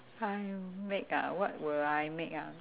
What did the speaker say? I make ah what will I make ah